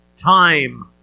time